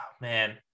man